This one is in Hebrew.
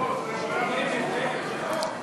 להביע אי-אמון בממשלה לא נתקבלה.